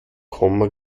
komma